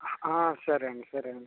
సరే అండి సరే అండి